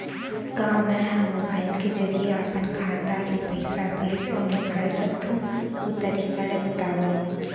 का मै ह मोबाइल के जरिए अपन खाता ले पइसा भेज अऊ निकाल सकथों, ओ तरीका ला बतावव?